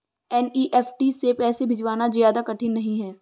NEFT से पैसे भिजवाना ज्यादा कठिन नहीं है